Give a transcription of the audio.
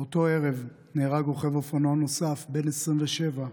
באותו ערב נהרג רוכב אופנוע נוסף, בן 27,